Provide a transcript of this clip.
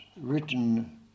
written